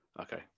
Okay